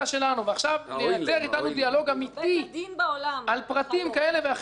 ולייצר דיאלוג אמיתי על פרטים כאלה ואחרים,